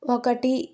ఒకటి